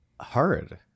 Hard